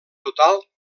total